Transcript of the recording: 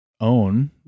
own